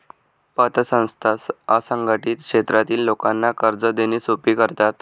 पतसंस्था असंघटित क्षेत्रातील लोकांना कर्ज देणे सोपे करतात